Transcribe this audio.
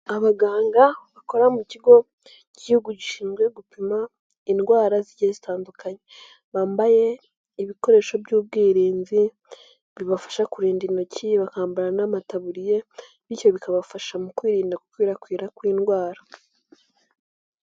Abaganga bakora mu kigo cy'Igihugu gishinzwe gupima indwara zigiye zitandukanye, bambaye ibikoresho by'ubwirinzi, bibafasha kurinda intoki, bakambara n'amataburiya, bityo bikabafasha mu kwirinda gukwirakwira kw'indwara.